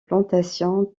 plantations